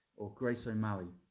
or grace o'malley,